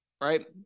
right